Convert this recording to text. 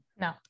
No